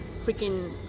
freaking